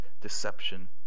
deception